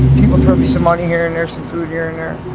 people throw me some money here and there some food here and there.